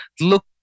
look